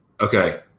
Okay